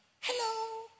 Hello